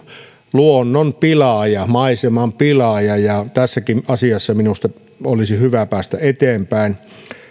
luonnon pilaaja maiseman pilaaja tässäkin asiassa minusta olisi hyvä päästä eteenpäin